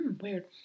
Weird